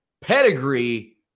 pedigree